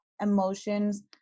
emotions